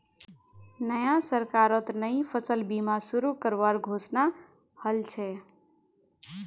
नया सरकारत नई फसल बीमा शुरू करवार घोषणा हल छ